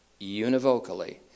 univocally